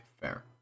fair